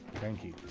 thank you.